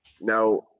Now